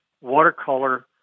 watercolor